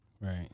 Right